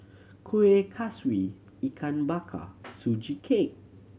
Kueh Kaswi Ikan Bakar Sugee Cake